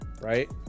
right